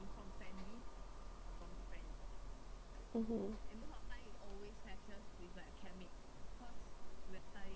mmhmm